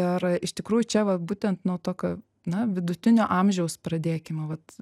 ir iš tikrųjų čia va būtent nuo tokio na vidutinio amžiaus pradėkime vat